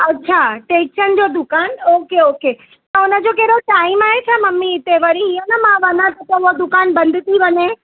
अच्छा टेकचंद जो दुकानु ओके ओके त उनजो कहिड़ो टाइम आहे छा मम्मी हिते वरी हींअ न मां वञां त पोइ हूअ दुकान बंदि थी वञे